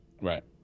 Right